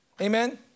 Amen